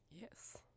Yes